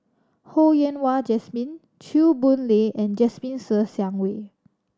Ho Yen Wah Jesmine Chew Boon Lay and Jasmine Ser Xiang Wei